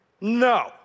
No